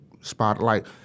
spotlight